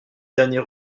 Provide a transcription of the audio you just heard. dernier